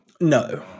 No